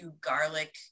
garlic